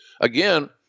Again